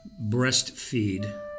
breastfeed